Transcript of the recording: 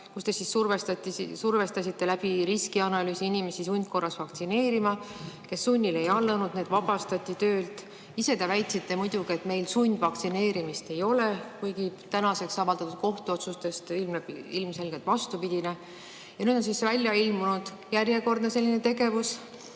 kui te survestasite riskianalüüsi abil inimesi sundkorras vaktsineerima. Kes sunnile ei allunud, need vabastati töölt. Ise te väitsite muidugi, et meil sundvaktsineerimist ei ole, kuigi tänaseks avaldatud kohtuotsustest ilmneb ilmselgelt vastupidine. Nüüd on välja ilmunud järjekordne selline tegevus,